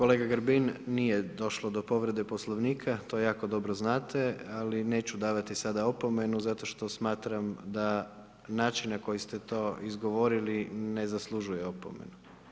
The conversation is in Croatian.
Kolega Grbin nije došlo do povrede Poslovnika, to jako dobro znate, ali neću davati sada opomenu zato što smatram da način na koji ste to izgovorili ne zaslužuje opomenu.